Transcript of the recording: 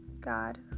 God